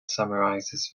summarizes